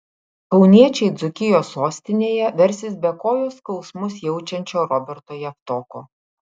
kauniečiai dzūkijos sostinėje versis be kojos skausmus jaučiančio roberto javtoko